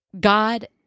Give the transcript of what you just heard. God